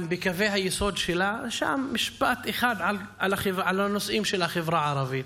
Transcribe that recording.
גם בקווי היסוד שלה יש משפט אחד על הנושאים של החברה הערבית,